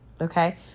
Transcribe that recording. Okay